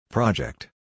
Project